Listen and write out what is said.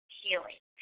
healing